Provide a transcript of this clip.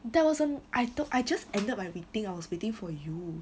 that wasn't I took I just ended my meeting I was waiting for you